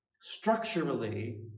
structurally